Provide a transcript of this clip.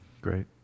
Great